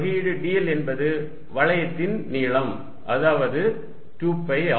தொகையீடு dl என்பது வளையத்தின் நீளம் அதாவது 2 பை R